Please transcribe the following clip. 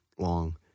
long